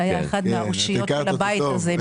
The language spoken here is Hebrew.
שהיה אחד מהאושיות של הבית הזה.